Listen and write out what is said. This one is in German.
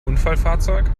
unfallfahrzeug